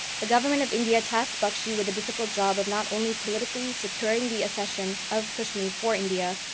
the government of india tasked bakshi with the difficult job of not only politically securing the accession of kashmir for india,